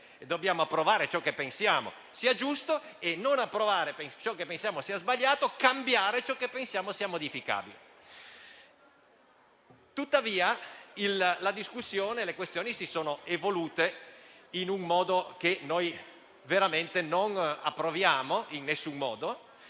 dobbiamo approvare ciò che pensiamo sia giusto e non approvare ciò che pensiamo sia sbagliato, oltre a cambiare ciò che pensiamo sia modificabile. Tuttavia, la discussione e le questioni si sono evolute in un modo che noi non approviamo veramente in nessun modo.